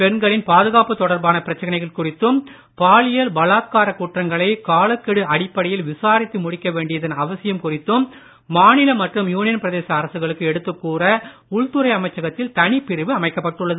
பெண்களின் பாதுகாப்பு தொடர்பான பிரச்சனைகள் குறித்தும் பாலியல் பலாத்கார குற்றங்களை காலக்கெடு அடிப்படையில் விசாரித்து முடிக்க வேண்டியதன் அவசியம் குறித்தும் மாநில மற்றும் யூனியன் பிரதேச அரசுகளுக்கு எடுத்துக் கூற உள்துறை அமைச்சகத்தில் தனிப்பிரிவு அமைக்கப்பட்டுள்ளது